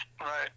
Right